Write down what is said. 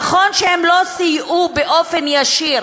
נכון שהם לא סייעו באופן ישיר